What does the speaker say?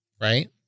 right